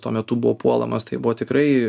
tuo metu buvo puolamas tai buvo tikrai